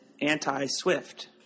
anti-Swift